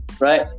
right